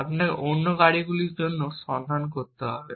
আপনাকে অন্য গাড়িগুলির জন্য সন্ধান করতে হবে